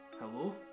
Hello